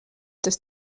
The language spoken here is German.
dass